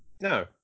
No